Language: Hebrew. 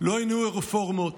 לא הניעו רפורמות,